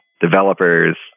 developers